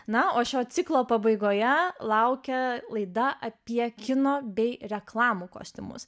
na o šio ciklo pabaigoje laukia laida apie kino bei reklamų kostiumus